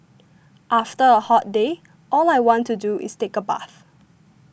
after a hot day all I want to do is take a bath